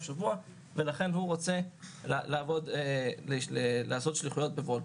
השבוע ולכן הוא רוצה לעשות שליחויות בוולט.